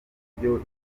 buryo